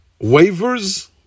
wavers